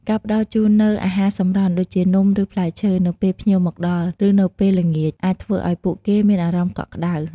ការផ្តល់ជូននូវ អាហារសម្រន់ ដូចជានំ ឬផ្លែឈើ នៅពេលភ្ញៀវមកដល់ ឬនៅពេលល្ងាច អាចធ្វើឲ្យពួកគេមានអារម្មណ៍កក់ក្តៅ។